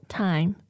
time